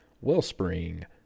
Wellspring